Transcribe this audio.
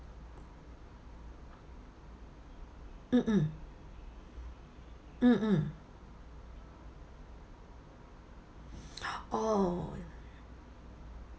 mm mm mm mm oh